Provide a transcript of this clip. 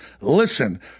Listen